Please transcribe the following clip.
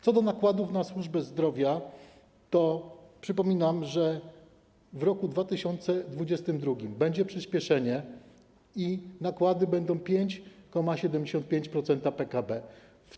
Co do nakładów na służbę zdrowia to przypominam, że w roku 2022 będzie przyspieszenie i nakłady będą stanowić 5,75% PKB.